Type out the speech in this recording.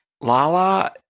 Lala